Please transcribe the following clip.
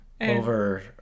over